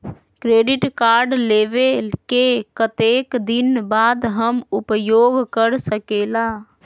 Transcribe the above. Credit card लेबे के कतेक दिन बाद हम उपयोग कर सकेला?